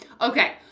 Okay